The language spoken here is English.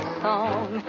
song